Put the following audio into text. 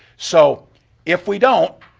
so if we don't,